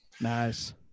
Nice